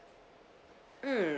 mm